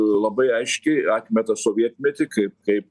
labai aiškiai atmeta sovietmetį kaip kai